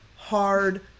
Hard